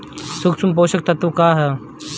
सूक्ष्म पोषक तत्व का ह?